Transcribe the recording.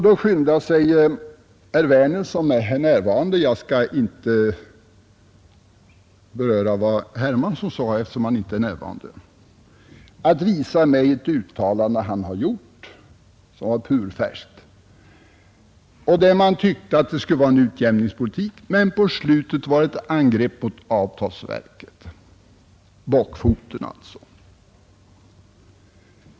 Då skyndade sig herr Werner i Tyresö som är här närvarande — jag skall inte beröra vad herr Hermansson sade eftersom han inte är närvarande — att visa mig ett purfärskt uttalande han hade gjort och där man tyckte att det skulle vara jämlikhetspolitik. Men på slutet var det ett angrepp på avtalsverket — bockfoten!